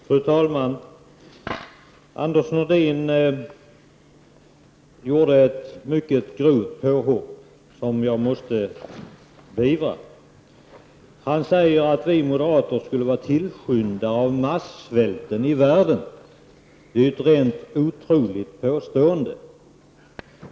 Fru talman! Anders Nordin gjorde ett mycket grovt påhopp som jag måste beivra. Han sade att vi moderater skulle vara tillskyndare av massvälten i världen. Det är ju ett rent otroligt påstående.